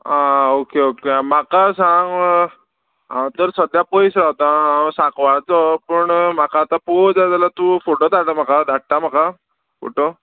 आं okay okay म्हाका सांग हांव तर सद्द्या पयस रावतां हांव सांकाचो पूण म्हाका आतां पोव जाय जाल्यार तूं फोटो धाड म्हाका धाडटा म्हाका फोटो